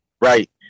right